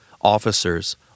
officers